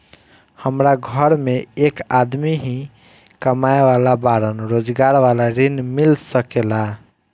हमरा घर में एक आदमी ही कमाए वाला बाड़न रोजगार वाला ऋण मिल सके ला?